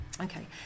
Okay